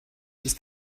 ist